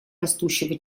растущего